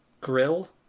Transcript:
grill